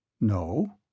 No